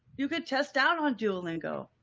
you could test out on duolingo